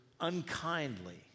unkindly